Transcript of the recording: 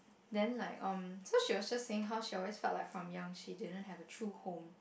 then like um so she was just saying how she always felt like from young she didn't have a true home